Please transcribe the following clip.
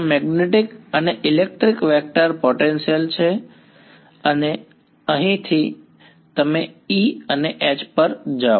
આ મેગ્નેટિક અને electric vector potential છે અને અહીંથી તમે E અને H પર જાઓ